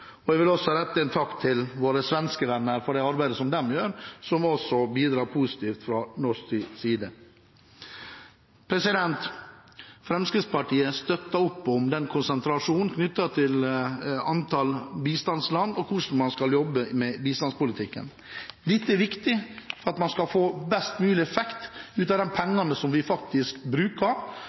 Jeg vil også rette en takk til våre svenske venner for det arbeidet de gjør, som også bidrar positivt sett fra norsk side. Fremskrittspartiet støtter opp om konsentrasjonen knyttet til antall bistandsland og hvordan man skal jobbe med bistandspolitikken. Dette er viktig for at man skal få best mulig effekt ut av de pengene vi faktisk bruker,